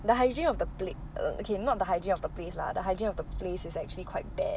the hygiene of the pla~ err okay not the hygiene of the place lah the hygiene of the place is actually quite bad